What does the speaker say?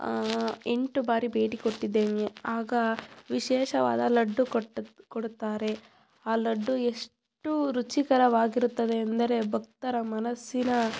ಎಂಟು ಬಾರಿ ಭೇಟಿ ಕೊಟ್ಟಿದ್ದೇನೆ ಆಗ ವಿಶೇಷವಾದ ಲಡ್ಡು ಕೊಟ್ಟತ್ ಕೊಡುತ್ತಾರೆ ಆ ಲಡ್ಡು ಎಷ್ಟು ರುಚಿಕರವಾಗಿರುತ್ತದೆ ಎಂದರೆ ಭಕ್ತರ ಮನಸ್ಸಿನ